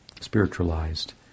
spiritualized